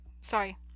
Sorry